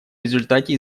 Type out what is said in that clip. результате